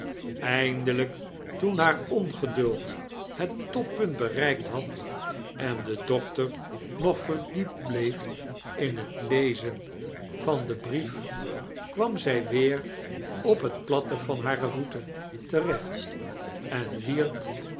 edtndeldjk toem haar ongeduld het toppunt bererikt had en de dokter nog verdiepfc bleef in het letzen van den brief kwam zij weer op het platte van ham voeiten terecht em wierp